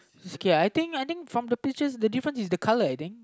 is okay I think I think from the picture the difference is the colour I think